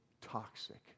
toxic